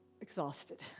exhausted